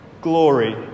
glory